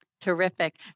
terrific